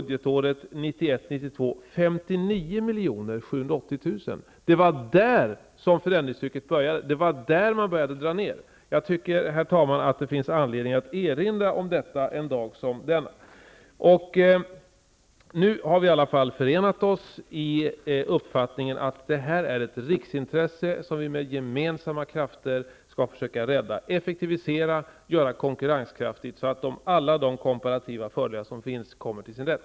Det var där förändringstrycket började. Det var där man började dra ner. Jag tycker, herr talman, att det finns anledning att erinra om detta en dag som denna. Nu har vi i alla fall förenat oss i uppfattningen att det här är ett riksintresse som vi med gemensamma krafter skall försöka rädda, effektivisera och göra konkurrenskraftigt så att alla de komparativa fördelar som finns kommer till sin rätt.